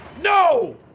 No